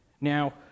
Now